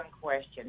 question